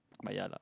but ya lah